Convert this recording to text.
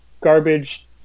garbage